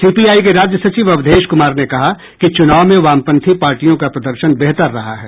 CPI के राज्य सचिव अवधेश कुमार ने कहा कि चुनाव में वामपंथी पार्टियों का प्रदर्शन बेहतर रहा है